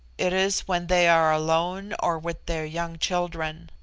it is when they are alone or with their young children.